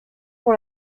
pour